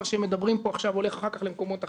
שמדברים פה עכשיו הולך אחר כך למקומות אחרים,